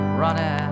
running